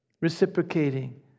reciprocating